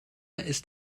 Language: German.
ist